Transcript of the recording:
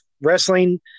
wrestling